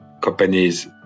Companies